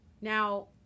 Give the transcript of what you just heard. Now